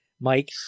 Mike